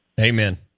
Amen